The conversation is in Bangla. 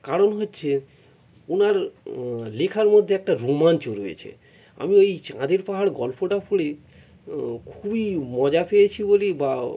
কারণ হচ্ছে ওনার লেখার মধ্যে একটা রোমাঞ্চ রয়েছে আমি ওই চাঁদের পাহাড় গল্পটা পড়ে খুবই মজা পেয়েছি বলি বা